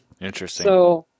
Interesting